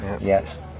Yes